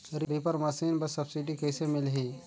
Reaper machine बर subsidy कइसे मिलही?